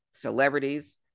celebrities